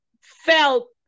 felt